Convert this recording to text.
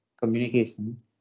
communication